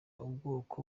ubwoko